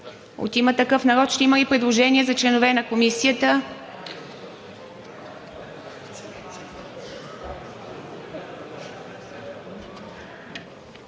От „Има такъв народ“ ще има ли предложения за членове на Комисията?